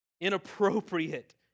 inappropriate